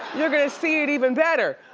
you're gonna see it even better!